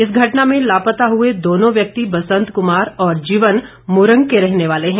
इस घटना में लापता हुए दोनों व्यक्ति बसंत कुमार और जीवन मूरंग के रहने वाले हैं